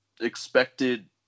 expected